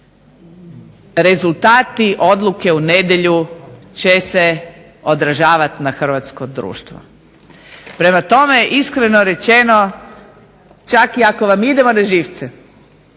rezultati odluke u nedjelju će se odražavati na hrvatsko društvo. Prema tome iskreno rečeno čak iako vam idemo na živce